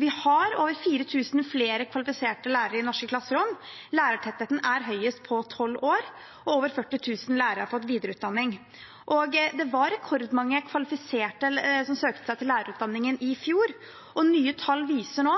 Vi har over 4 000 flere kvalifiserte lærere i norske klasserom, lærertettheten er høyest på tolv år, og over 40 000 lærere har fått videreutdanning. Det var rekordmange kvalifiserte som søkte seg til lærerutdanningen i fjor, og nye tall viser nå